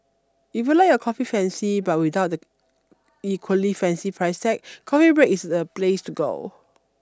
if you like your coffee fancy but without the equally fancy price tag Coffee Break is the place to go